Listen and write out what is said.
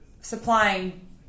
supplying